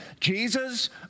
Jesus